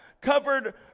covered